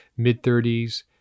mid-30s